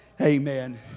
amen